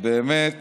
ובאמת